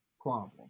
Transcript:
problem